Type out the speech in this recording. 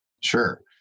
Sure